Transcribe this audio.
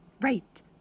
right